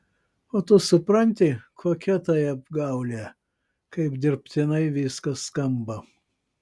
o tu supranti kokia tai apgaulė kaip dirbtinai viskas skamba